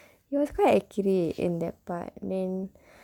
he was quite accurate in that part when